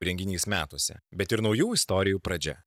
renginys metuose bet ir naujų istorijų pradžia